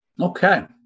Okay